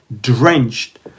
drenched